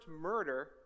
murder